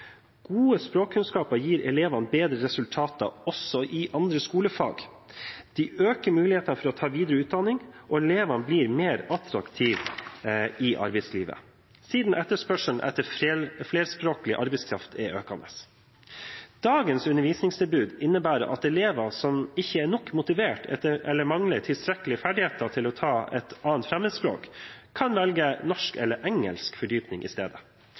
Gode språkkunnskaper gir elevene bedre resultater også i andre skolefag. De øker mulighetene for å ta videre utdanning, og elevene blir mer attraktive i arbeidslivet, siden etterspørselen etter flerspråklig arbeidskraft er økende. Dagens undervisningstilbud innebærer at elever som ikke er nok motivert eller mangler tilstrekkelige ferdigheter til å ta et 2. fremmedspråk, kan velge norsk eller engelsk fordypning i stedet.